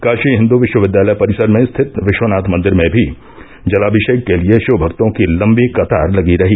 काषी हिन्दू विष्वविद्यालय परिसर में स्थित विष्वनाथ मंदिर में भी जलाभिशेक के लिये षिव भक्तों की लम्बी कतार लगी रही